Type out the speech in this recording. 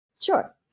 Sure